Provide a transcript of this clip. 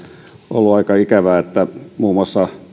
on ollut aika ikävää että muun muassa